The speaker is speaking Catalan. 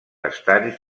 estar